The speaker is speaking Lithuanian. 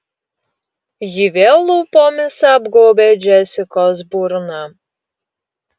ji vėl lūpomis apgaubė džesikos burną